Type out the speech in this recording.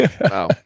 Wow